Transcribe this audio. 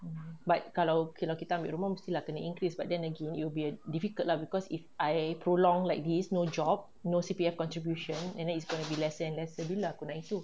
hmm but kalau kita ambil rumah mesti nak kena increase but then again you'll be difficult lah cause if I prolong like this no job no C_P_F contribution and then it's going to be lesser and lesser bila aku nak itu